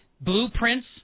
blueprints